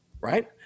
Right